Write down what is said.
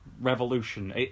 Revolution